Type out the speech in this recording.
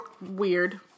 weird